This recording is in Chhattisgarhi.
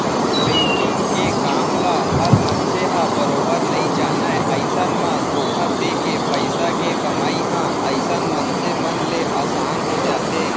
बेंकिग के काम ल हर मनसे ह बरोबर नइ जानय अइसन म धोखा देके पइसा के कमई ह अइसन मनसे मन ले असान हो जाथे